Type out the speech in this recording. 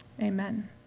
Amen